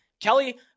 Kelly